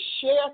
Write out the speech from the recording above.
share